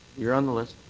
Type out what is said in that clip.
you're on the list.